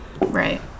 right